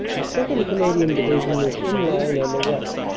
the second. canadian division is in line on the right,